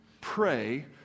pray